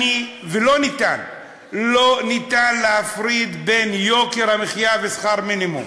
אי-אפשר להפריד בין יוקר המחיה לשכר מינימום.